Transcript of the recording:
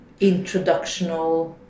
introductional